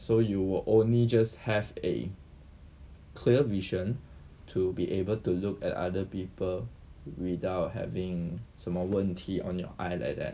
so you will only just have a clear vision to be able to look at other people without having 什么问题 on your eye like that